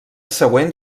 següent